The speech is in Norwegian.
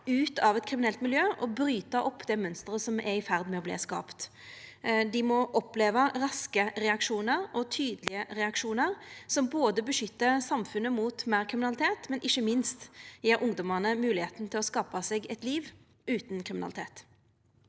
ut av eit kriminelt miljø og bryta det mønsteret som er i ferd med å verta skapt. Dei må oppleva raske og tydelege reaksjonar som både beskyttar samfunnet mot meir kriminalitet, og som ikkje minst gjev ungdomane moglegheit til å skapa seg eit liv utan kriminalitet.